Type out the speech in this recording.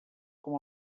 com